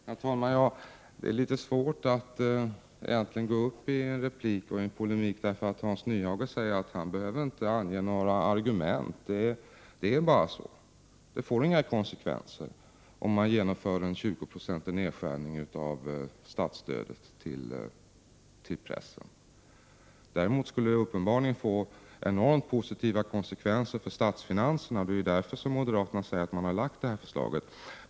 Herr talman! Det är litet svårt att polemisera mot Hans Nyhage, eftersom han säger att han inte behöver ange några argument. Enligt honom får det inte några konsekvenser om en 20-procentig nedskärning av statsstödet till pressen genomförs. Däremot skulle det uppenbarligen få enormt positiva konsekvenser för statsfinanserna. Det är ju därför moderaterna har lagt fram detta förslag.